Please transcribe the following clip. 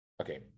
Okay